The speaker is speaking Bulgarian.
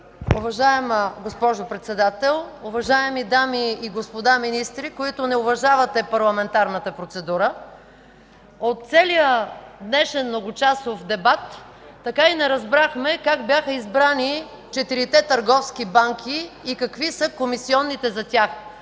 уважаема госпожо Председател, уважаеми дами и господа министри, които не уважавате парламентарната процедура! От целия днешен многочасов парламентарен дебат така и не разбрахме как бяха избрани четирите търговски банки и какви са комисионите за тях,